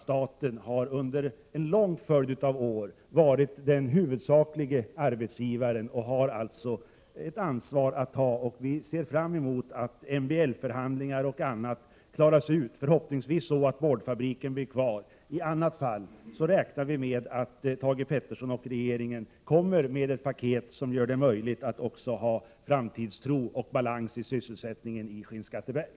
Staten har under en lång följd av år varit den huvudsakliga arbetsgivaren och har alltså ett ansvar att ta. Vi ser fram mot att MBL-förhandlingarna klaras ut förhoppningsvis så att boardfabriken blir kvar. I annat fall räknar vi med att Thage Peterson och regeringen kommer med ett paket som ger framtidstro och skapar balans när det gäller sysselsättningen i Skinnskatteberg.